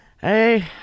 Hey